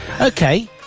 Okay